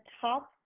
top